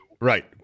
Right